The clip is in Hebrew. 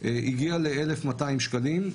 הגיע ל-1,200 שקלים,